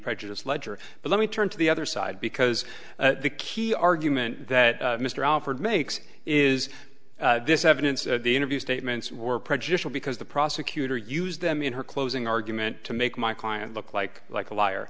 prejudice ledger but let me turn to the other side because the key argument that mr alford makes is this evidence the interview statements were prejudicial because the prosecutor used them in her closing argument to make my client look like like a liar